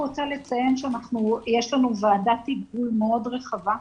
יש לנו ועדת היגוי מאוד רחבה,